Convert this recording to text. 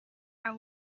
are